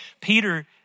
Peter